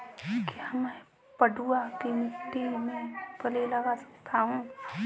क्या मैं पडुआ की मिट्टी में मूँगफली लगा सकता हूँ?